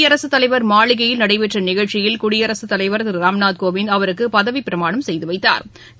குடியரசுத் தலைவர் மாளிகையில் நடைபெற்ற நிகழ்ச்சியில் குடியரசுத் தலைவர் திரு ராம்நாத் கோவிந்த் அவருக்கு பதவிப்பிரமாணம் செய்து வைத்தாா்